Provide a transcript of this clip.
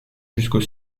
jusqu’au